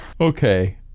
Okay